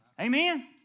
Amen